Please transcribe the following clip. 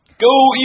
Go